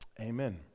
Amen